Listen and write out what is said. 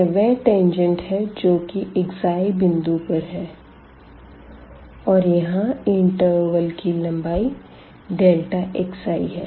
यह वह टेंजेंट है जो की i बिंदु पर है और यहाँ इंटरवल की लम्बाई xi है